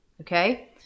okay